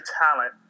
talent